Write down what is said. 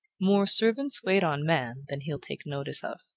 more servants wait on man than he'll take notice of.